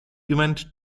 event